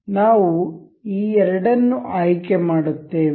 ನಾವು ಈ ಎರಡನ್ನು ಆಯ್ಕೆ ಮಾಡುತ್ತೇವೆ